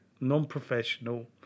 non-professional